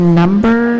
number